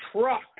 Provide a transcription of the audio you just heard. truck